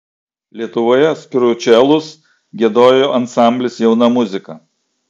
lietuvoje spiričiuelus giedojo ansamblis jauna muzika